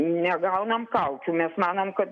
negaunam kaukių mes manom kad